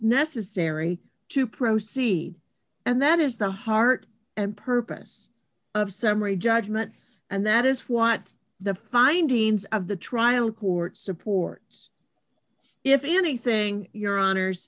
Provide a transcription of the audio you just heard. necessary to proceed and that is the heart and purpose of summary judgment and that is what the findings of the trial court supports if anything your honors